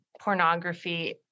pornography